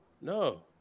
No